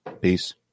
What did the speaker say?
Peace